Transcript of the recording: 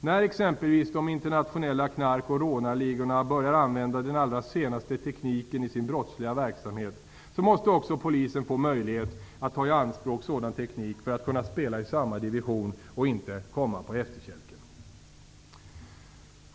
När exempelvis de internationella knark och rånarligorna börjar använda den allra senaste tekniken i sin brottsliga verksamhet så måste också polisen få möjlighet att ta i anspråk sådan teknik för att kunna spela i samma division och inte komma på efterkälken.